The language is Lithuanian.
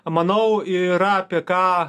manau yra apie ką